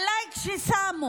על לייק ששמו.